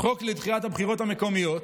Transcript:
חוק לדחיית הבחירות המקומיות,